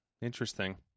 Interesting